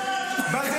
לא, לא, לא.